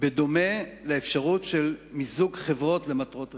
בדומה לאפשרות של מיזוג חברות למטרות רווח.